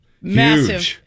Massive